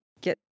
Get